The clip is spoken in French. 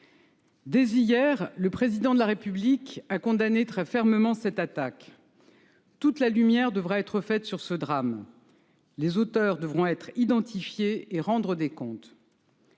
Dès hier, le Président de la République a condamné très fermement cette attaque. Toute la lumière devra être faite sur ce drame. Les auteurs devront être identifiés et rendre des comptes.